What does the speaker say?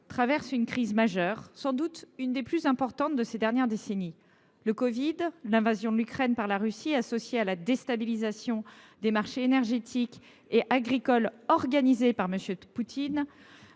traverse une crise majeure, sans doute l’une des plus importantes de ces dernières décennies. Le covid 19, l’invasion de l’Ukraine par la Russie, associée à la déstabilisation des marchés énergétiques et agricoles organisée par M. Poutine,